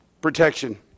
Protection